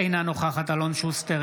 אינה נוכחת אלון שוסטר,